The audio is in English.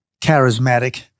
charismatic